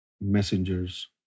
messengers